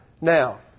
Now